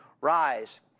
Rise